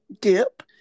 dip